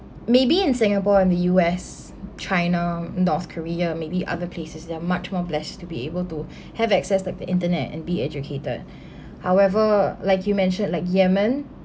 maybe in singapore and the U_S china north-korea maybe other places they are much more blessed to be able to have access to the internet and be educated however like you mentioned like yemen